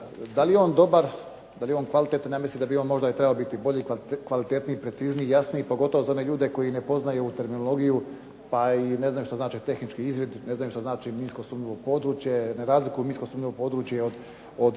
Da li je on dobar, da li je on kvalitetan? Ja mislim da bi on trebao biti bolji i kvalitetniji, precizniji i jasniji, pogotovo za one ljude koji ne poznaju terminologiju, pa i ne znaju što znači tehnički izvid, ne znaju što znači minsko sumnjivo područje, ne razlikuju minsko sumnjivo područje od miniranog